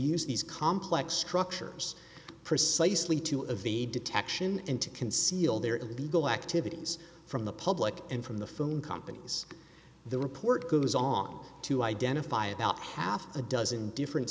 use these complex structures precisely to of the detection and to conceal their illegal activities from the public and from the phone companies the report goes on to identify about half a dozen different